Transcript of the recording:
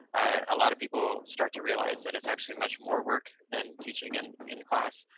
a lot of people start to realize that it's actually much more work than teaching in in class,